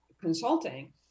consulting